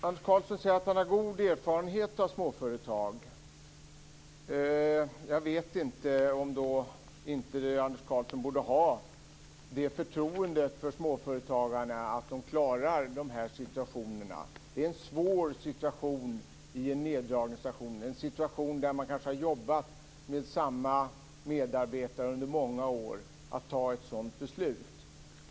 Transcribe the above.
Anders Karlsson säger att han har god erfarenhet av små företag. Jag vet inte om Hans Karlsson då borde ha det förtroendet för småföretagarna att de klarar de här situationerna. Det är svårt att befinna sig i en neddragningssituation. Om man har jobbat med samma medarbetare under många år är det svårt att fatta ett sådant beslut.